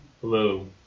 Hello